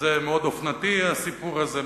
וזה מאוד אופנתי, הסיפור הזה.